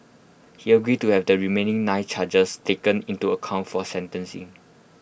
he agreed to have the remaining nine charges taken into account for sentencing